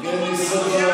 יבגני סובה,